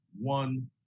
one